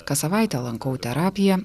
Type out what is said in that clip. kas savaitę lankau terapiją